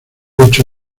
ocho